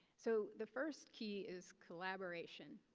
so the first key is collaboration,